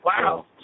Wow